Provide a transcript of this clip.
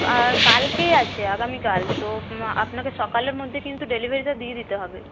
কালকে আছে আগামীকাল তো আপনাকে সকালের মধ্যে কিন্তু ডেলিভারিটা দিয়ে দিতে হবে